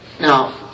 Now